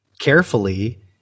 carefully